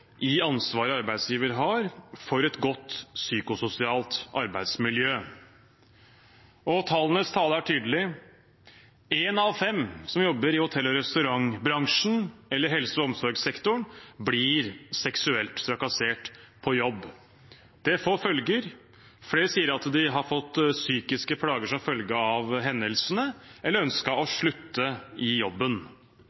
i ansvaret arbeidsgiver har for et godt psykososialt arbeidsmiljø. Tallenes tale er tydelig: En av fem som jobber i hotell- og restaurantbransjen eller i helse- og omsorgssektoren, blir seksuelt trakassert på jobb. Det får følger. Flere sier at de har fått psykiske plager som følge av hendelsene, eller har ønsket å